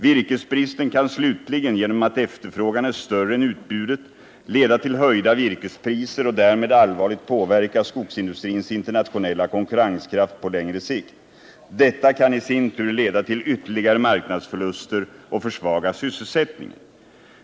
Virkesbristen kan slutligen — genom att efterfrågan är större än utbudet — leda till höjda virkespriser och därmed allvarligt påverka skogsindustrins internationella konkurrenskraft på något längre sikt. Detta kan i sin tur leda till ytterligare marknadsförluster och försvagad sysselsättning.